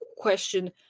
question